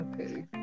Okay